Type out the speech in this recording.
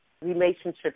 relationships